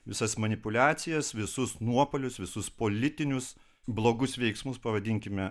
visas manipuliacijas visus nuopuolius visus politinius blogus veiksmus pavadinkime